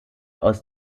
aus